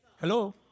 Hello